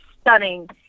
stunning